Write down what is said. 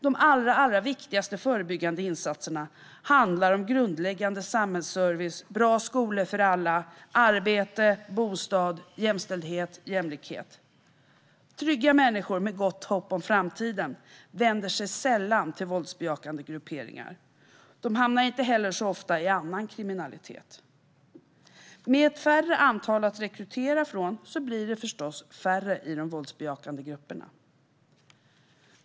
De allra viktigaste förebyggande insatserna handlar om grundläggande samhällsservice, bra skolor för alla, arbete, bostad, jämställdhet och jämlikhet. Trygga människor med gott hopp för framtiden vänder sig sällan till våldsbejakande grupperingar. De hamnar inte heller så ofta i annan kriminalitet. Med ett mindre antal att rekrytera från blir det förstås också färre i de våldsbejakande grupperna.